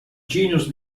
genus